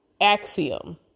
axiom